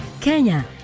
Kenya